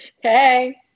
Hey